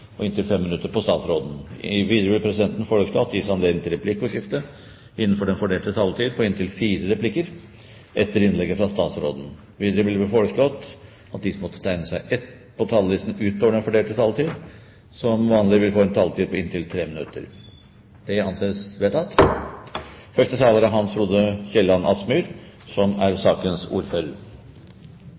og inntil 5 minutter til statsråden. Videre vil presidenten foreslå at det gis anledning til replikkordskifte på inntil fire replikker med svar etter innlegg fra statsråden innenfor den fordelte taletiden. Videre vil det bli foreslått at de som måtte tegne seg på talerlisten utover den fordelte taletiden, får en taletid på inntil 3 minutter. – Det anses vedtatt. Det er en samlet justiskomité som slutter seg til et veldig viktig lovforslag fra Regjeringen, politiregisterloven. Det er